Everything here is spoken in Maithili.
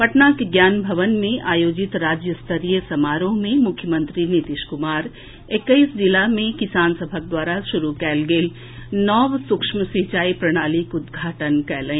पटनाक ज्ञान भवन मे आयोजित राज्य स्तरीय समारोह मे मुख्यमंत्री नीतीश कुमार एक्कैस जिला मे किसान सभक द्वारा शुरू कएल गेल नव सूक्ष्म सिचाई प्रणालीक उद्घाटन कएलनि